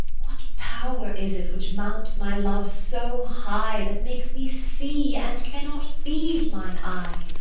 what power is it which mounts my love so high, that makes me see, and cannot feed mine eye?